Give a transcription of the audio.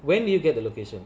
when did you get the location